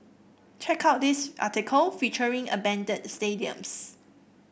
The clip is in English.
check out this article featuring abandoned stadiums